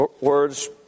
words